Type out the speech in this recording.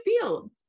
field